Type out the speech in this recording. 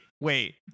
wait